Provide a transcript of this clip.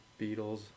Beatles